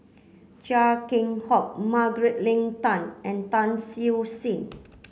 Chia Keng Hock Margaret Leng Tan and Tan Siew Sin